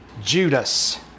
Judas